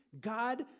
God